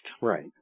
right